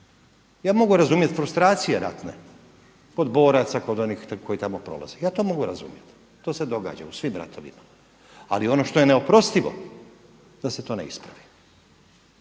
Ja mogu razumjeti frustracije ratne kod boraca, kod onih koji tamo prolaze. Ja to mogu razumjeti, to se događa u svim ratovima. Ali ono što je neoprostivo da se to ne ispravi.